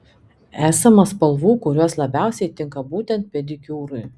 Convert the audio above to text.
esama spalvų kurios labiausiai tinka būtent pedikiūrui